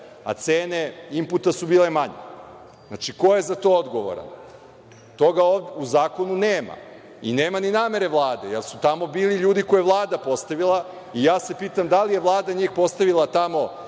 a cene imputa su bile manje. Ko je za to odgovoran? Toga u zakonu nema i nema ni namere Vlade, jer su tamo bili ljudi koje je Vlada postavila. Ja se pitam da li je Vlada njih postavila tamo